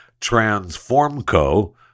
Transformco